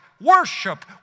worship